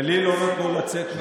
איזה סיפור, ולי לא נתנו לצאת מהבית.